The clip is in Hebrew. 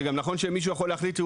זה גם נכון שמישהו יכול להחליט שהוא